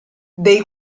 dei